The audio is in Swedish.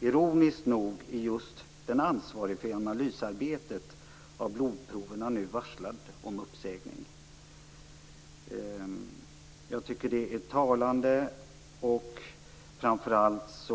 Ironiskt nog är just den person som är ansvarig för analysarbetet av blodprov nu varslad om uppsägning. Jag tycker att det är talande. Framför allt